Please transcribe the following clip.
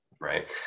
right